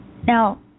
Now